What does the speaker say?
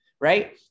Right